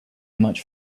much